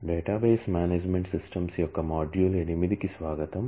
database management systems యొక్క module 8 కు స్వాగతం